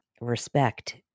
respect